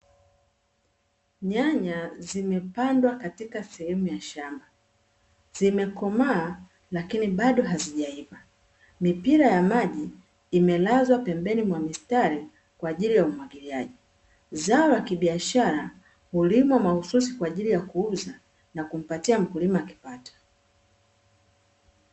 Nyanya zimepandwa katika sehemu ya shamba zimekomaa, lakini bado hazijaiva mipira ya maji imelazwa pembeni mwa mistari kwa ajili ya umwagiliaji zao la kibiashara kulima mahususi kwa ajili ya kuuza na kumpatia mkulima akipato.